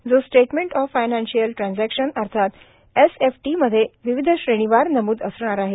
जो statement of financial transaction अर्थात SFT मध्ये विविध श्रेणीवार नमूद असणार आहे